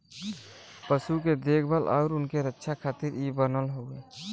पशु के देखभाल आउर उनके रक्षा खातिर इ बनल हौ